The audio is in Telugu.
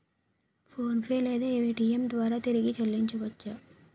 ఫోన్పే లేదా పేటీఏం ద్వారా తిరిగి చల్లించవచ్చ?